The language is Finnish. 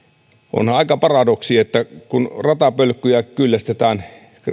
on on aika paradoksi että kun ratapölkkyjä kyllästetään